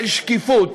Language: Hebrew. בשקיפות